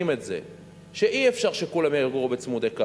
את זה שאי-אפשר שכולם יגורו בצמודי קרקע,